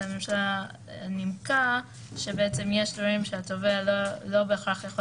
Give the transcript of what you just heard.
והממשלה נימקה שיש דברים שהתובע לא בהכרח יכול